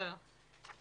בסדר.